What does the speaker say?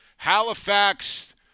Halifax